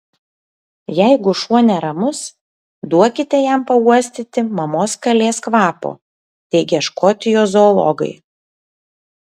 jeigu šuo neramus duokite jam pauostyti mamos kalės kvapo teigia škotijos zoologai